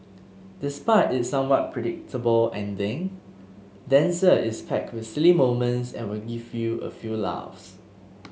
despite its somewhat predictable ending dancer is packed with silly moments and will give you a few laughs